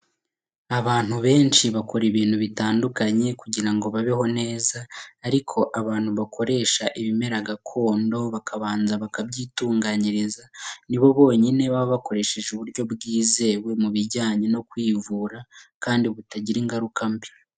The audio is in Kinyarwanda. Abantu benshi bakora ibintu bitandukanye kugira ngo babeho neza ariko abantu bakoresha ibimera gakondo, bakabanza bakabyitunganyiriza nibo bonyine baba bakoresheje uburyo bwizewe mu bijyanye no kwivura kandi butagira ingaruka mbi.